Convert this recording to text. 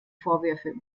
vorwürfe